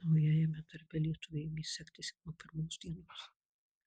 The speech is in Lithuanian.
naujajame darbe lietuviui ėmė sektis jau nuo pirmos dienos